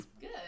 Good